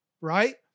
right